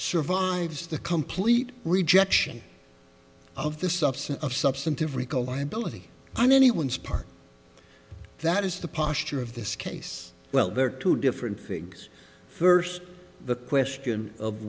survives the complete rejection of the substance of substantive recall liability on anyone's part that is the posture of this case well there are two different things first the question of